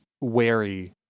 wary